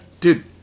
Dude